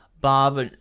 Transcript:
Bob